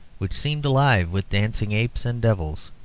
which seemed alive with dancing apes and devils.